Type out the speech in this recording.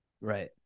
right